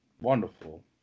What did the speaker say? Wonderful